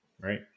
right